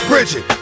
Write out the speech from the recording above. Bridget